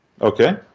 Okay